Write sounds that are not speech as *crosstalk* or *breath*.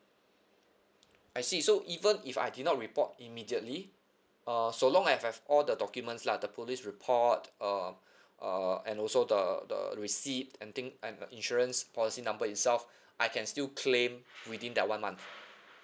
I see so even if I did not report immediately uh so long I have all the documents lah the police report uh *breath* uh and also the the receipt and thing and insurance policy number itself *breath* I can still claim within that one month